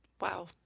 Wow